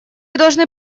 должны